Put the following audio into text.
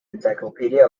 encyclopedia